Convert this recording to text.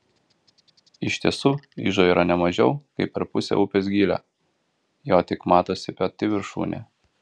iš tiesų ižo yra ne mažiau kaip per pusę upės gylio jo tik matosi pati viršūnė